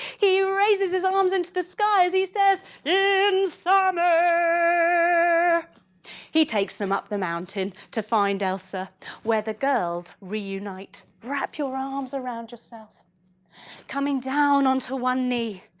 he raises his arms in to the sky as he says in summer! he takes them up the mountain to find elsa where the girls reunite. wrap your arms around yourself coming down on to one knee.